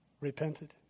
repented